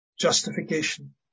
justification